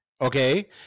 okay